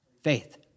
Faith